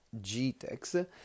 GTEx